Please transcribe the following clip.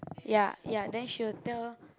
ya ya then she will tell